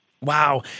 Wow